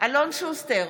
אלון שוסטר,